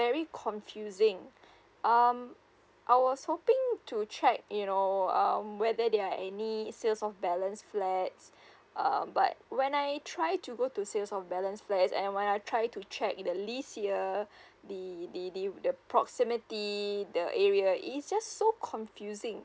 very confusing um I was hoping to check you know um whether there are any sales of balance flats um but when I try to go to sales of balance flat and when I try to check the list here the the the the proximity the area is just so confusing